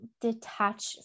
detach